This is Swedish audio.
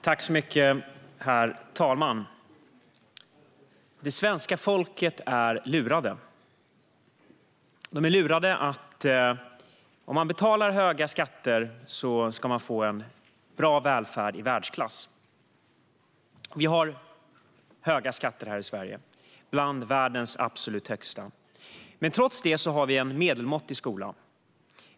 Herr talman! Svenskarna är lurade. De är lurade att tro att om de betalar höga skatter ska de få en välfärd i världsklass. Sverige har bland de absolut högsta skatterna i världen. Trots det har vi en medelmåttig skola.